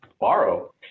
borrow